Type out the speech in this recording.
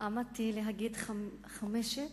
עמדתי להגיד: חמשת